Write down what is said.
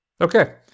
Okay